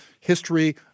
history